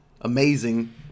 amazing